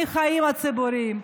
מהחיים הציבוריים,